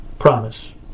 promise